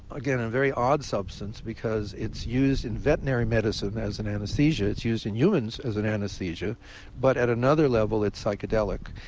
again a very odd substance because it's used in veterinary medicine as an anesthesia it's used in humans as an anesthesia but at another level it's psychedelic.